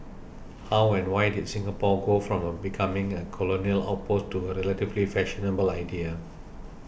how and why did Singapore go from becoming a colonial outpost to a relatively fashionable idea